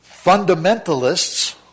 fundamentalists